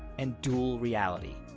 and dual reality,